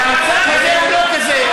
והמצב הוא לא כזה.